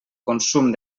consum